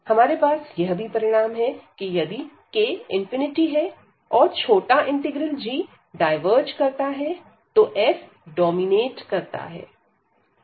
हमारे पास यह भी परिणाम है कि यदि k∞ है और छोटा इंटीग्रल g डायवर्ज करता है तो f डोमिनेट करता है